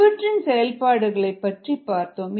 இவற்றின் செயல்பாடுகளைப் பற்றி பார்த்தோம்